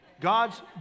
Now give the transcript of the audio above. God's